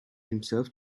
himself